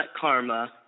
Karma